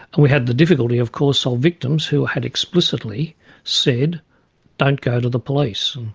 we had the difficulty of course of victims who had explicitly said don't go to the police.